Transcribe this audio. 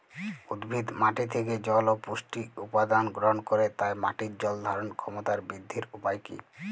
উদ্ভিদ মাটি থেকে জল ও পুষ্টি উপাদান গ্রহণ করে তাই মাটির জল ধারণ ক্ষমতার বৃদ্ধির উপায় কী?